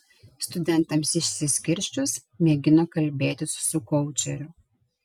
studentams išsiskirsčius mėgino kalbėtis su koučeriu